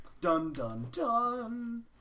Dun-dun-dun